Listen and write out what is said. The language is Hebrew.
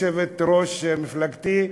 יושבת-ראש מפלגתי,